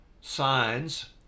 signs